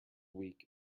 weak